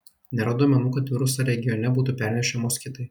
nėra duomenų kad virusą regione būtų pernešę moskitai